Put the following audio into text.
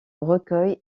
recueils